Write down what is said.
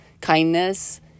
kindness